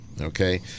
okay